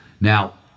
Now